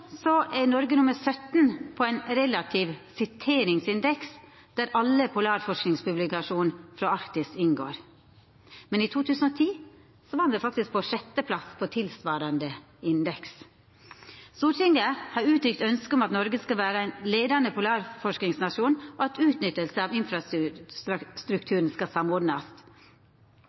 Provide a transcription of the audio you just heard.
så var me faktisk nr. 6 på ein tilsvarande indeks. Stortinget har uttrykt ønske om at Noreg skal vera ein leiande polarforskingsnasjon, og at utnyttinga av infrastrukturen skal samordnast.